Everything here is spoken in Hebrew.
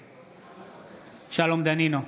נגד שלום דנינו,